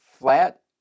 Flat